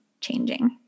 changing